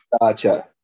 Gotcha